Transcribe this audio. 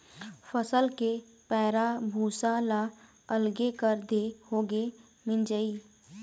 फसल के पैरा भूसा ल अलगे कर देए होगे मिंजई